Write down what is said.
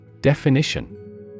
Definition